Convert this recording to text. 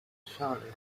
fountain